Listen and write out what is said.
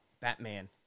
Batman